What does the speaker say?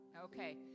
Okay